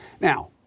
Now